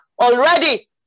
already